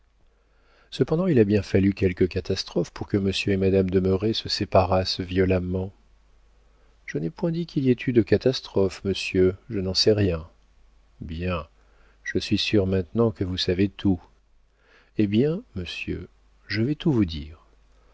cependant il a bien fallu quelque catastrophe pour que monsieur et madame de merret se séparassent violemment je n'ai point dit qu'il y ait eu de catastrophe monsieur je n'en sais rien bien je suis sûr maintenant que vous savez tout eh bien monsieur je vais tout vous dire